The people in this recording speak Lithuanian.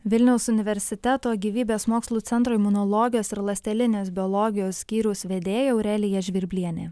vilniaus universiteto gyvybės mokslų centro imunologijos ir ląstelinės biologijos skyriaus vedėja aurelija žvirblienė